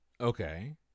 Okay